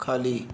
खाली